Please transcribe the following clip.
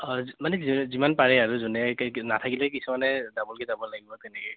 অঁ মানে যিমান পাৰে আৰু যোনে নাথাকিলে কিছুমানে ডাবলকৈ যাব লাগিব তেনেকৈ